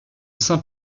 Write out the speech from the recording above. saint